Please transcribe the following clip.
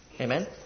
Amen